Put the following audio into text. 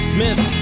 Smith